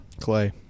Clay